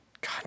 God